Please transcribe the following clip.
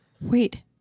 Wait